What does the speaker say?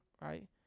right